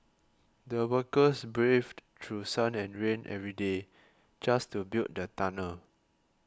the workers braved through sun and rain every day just to build the tunnel